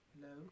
Hello